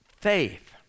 faith